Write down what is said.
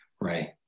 Right